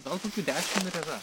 gal kokių dešim ir yra